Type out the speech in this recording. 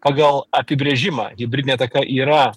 pagal apibrėžimą hibridinė ataka yra